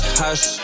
hush